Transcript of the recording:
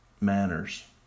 manners